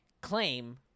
claim